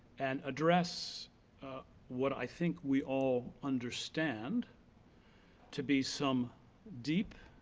and address what i think we all understand to be some deep